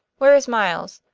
where is miles?